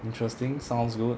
interesting sounds good